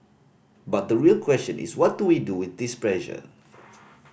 but the real question is what do we do with this pressure